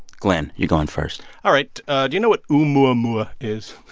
glen, you're going first all right. do you know what oumuamua is?